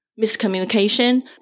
miscommunication